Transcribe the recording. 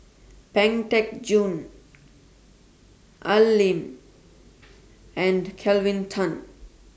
Pang Teck Joon Al Lim and Kelvin Tan